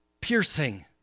piercing